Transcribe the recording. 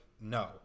no